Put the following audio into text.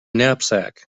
knapsack